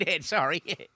sorry